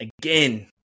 again